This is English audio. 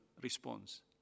response